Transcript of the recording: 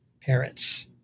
parents